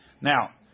Now